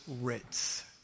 Ritz